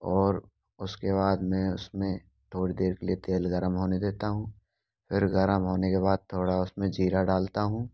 और उसके बाद मैं उसमें थोड़ी देर के लिए तेल गर्म होने देता हूँ फ़िर गर्म होने के बाद थोड़ा उसमें ज़ीरा डालता हूँ